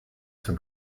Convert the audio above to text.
zum